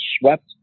swept